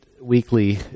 weekly